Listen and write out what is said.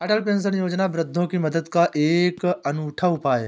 अटल pension Yojana वृद्धों की मदद का एक अनूठा उपाय है